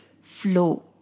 flow